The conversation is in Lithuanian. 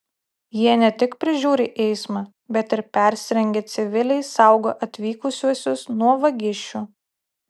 jie ne tik prižiūri eismą bet ir persirengę civiliais saugo atvykusiuosius nuo vagišių